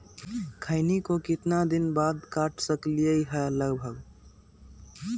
खैनी को कितना दिन बाद काट सकलिये है लगभग?